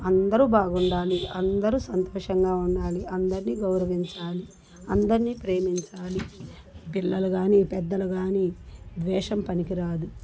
అందరూ బాగుండాలి అందరూ సంతోషంగా ఉండాలి అందర్రిని గౌరవించాలి అందరిని ప్రేమించాలి పిల్లలు కాని పెద్దలు కాని ద్వేషం పనికిరాదు